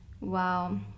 Wow